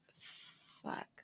Fuck